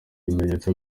ibimenyetso